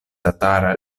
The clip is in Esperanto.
tatara